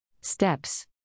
Steps